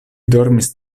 dormis